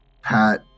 pat